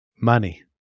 money